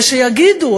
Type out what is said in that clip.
ושיגידו,